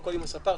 במספרה.